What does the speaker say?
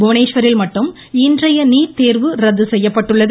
புவனேஸ்வரில் மட்டும் இன்றைய நீட் தேர்வு ரத்து செய்யப்பட்டுள்ளது